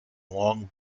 long